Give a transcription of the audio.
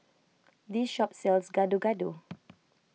this shop sells Gado Gado